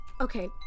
okay